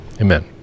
Amen